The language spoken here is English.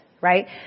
right